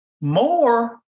more